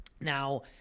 Now